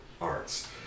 arts